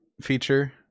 feature